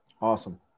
Awesome